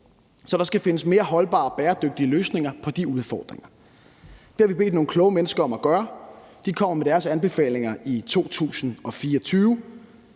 så der skal findes mere holdbare, bæredygtige løsninger på de udfordringer. Det har vi bedt nogle kloge mennesker om at gøre. De kommer med deres anbefalinger i 2024.